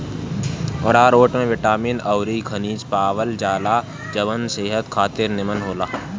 आरारोट में बिटामिन अउरी खनिज पावल जाला जवन सेहत खातिर निमन होला